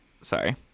Sorry